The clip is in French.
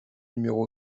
numéro